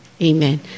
Amen